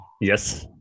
Yes